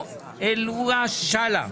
אלהואשלה.